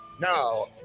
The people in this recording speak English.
Now